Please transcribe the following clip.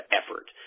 effort